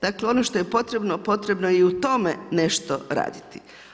Dakle ono što je potrebno, potrebno je i u tome nešto raditi.